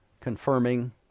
confirming